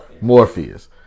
Morpheus